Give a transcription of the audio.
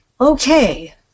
Okay